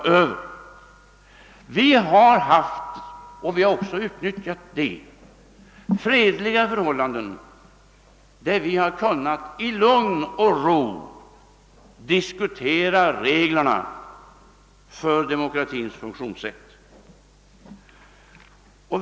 Vi har levt under fredliga förhållanden — och vi har också utnyttjat det — och vi har därför i lugn och ro kunnat diskutera reglerna för demokratins funktionssätt.